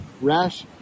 rash